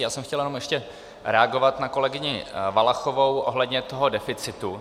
Já jsem chtěl jenom ještě reagovat na kolegyni Valachovou ohledně toho deficitu.